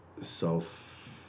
self